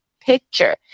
picture